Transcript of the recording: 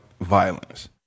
violence